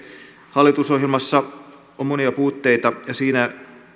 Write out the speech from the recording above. hallitusohjelmassa on monia puutteita ja siinä